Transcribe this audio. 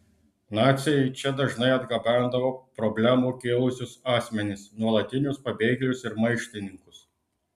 naciai čia dažnai atgabendavo problemų kėlusius asmenis nuolatinius pabėgėlius ir maištininkus